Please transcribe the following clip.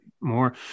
more